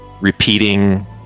repeating